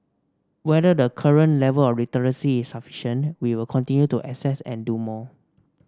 whether the current level of literacy is sufficient we will continue to assess and do more